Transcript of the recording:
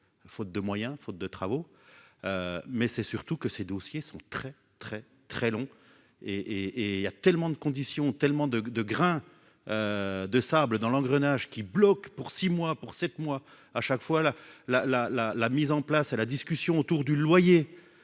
faute de moyens, faute de travaux, mais c'est surtout que ces dossiers sont très, très, très long et et il y a tellement de conditions tellement de de grains. De sable dans l'engrenage qui bloque pour 6 mois pour sept mois à chaque fois la la la la la mise en place à la discussion autour du loyer